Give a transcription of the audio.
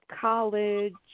college